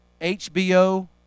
HBO